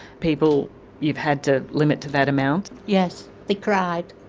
people you've had to limit to that amount? yes. they cried.